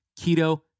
Keto